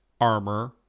armor